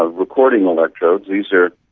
ah recording electrodes these are